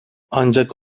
ancak